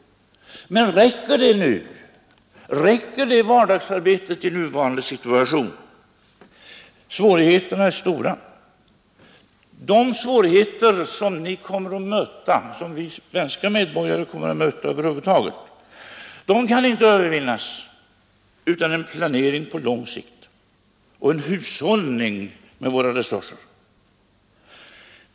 Men räcker det nu? Räcker det vardagsarbetet i nuvarande situation? Svårigheterna är stora. De svårigheter som ni kommer att möta, och som vi svenska medborgare över huvud taget kommer att möta, kan inte övervinnas utan en planering på lång sikt och en hushållning med våra resurser.